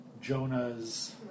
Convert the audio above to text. Jonah's